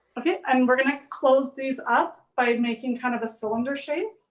okay. and we're gonna close these up by making kind of a cylinder shape,